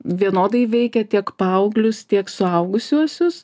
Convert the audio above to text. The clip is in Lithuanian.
vienodai veikia tiek paauglius tiek suaugusiuosius